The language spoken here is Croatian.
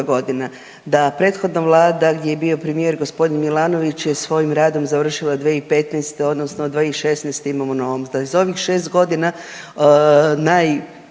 godina, da prethodna vlada gdje je bio premijer gospodin Milanović je svojim radom završila 2015. odnosno 2016. imamo novom, da je za ovih 6 godina najdugovječniji